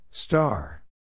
Star